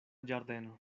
ĝardeno